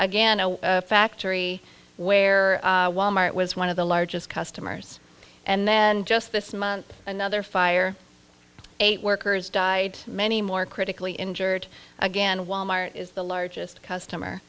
again a factory where wal mart was one of the largest customers and then just this month another fire eight workers died many more critically injured again wal mart is the largest customer